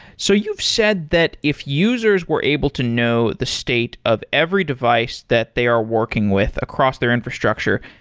so you've said that if users were able to know the state of every device that they are working with across their infrastructure,